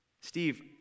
Steve